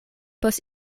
post